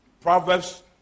Proverbs